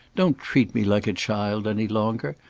don't treat me like a child any longer!